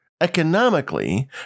economically